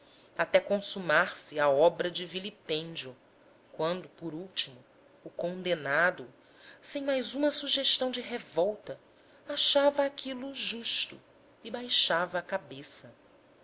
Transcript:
até consumar se a obra de vilipêndio quando por último o condenado sem mais uma sugestão de revolta achava aquilo justo e baixava a cabeça